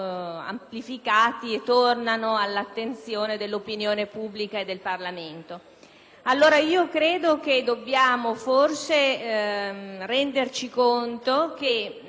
e tornano all'attenzione dell'opinione pubblica e del Parlamento. A mio avviso dobbiamo renderci conto che